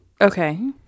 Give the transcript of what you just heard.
Okay